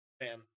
man